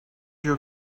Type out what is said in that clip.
your